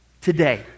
today